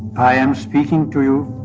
i am speaking to you